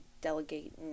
delegate